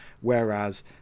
whereas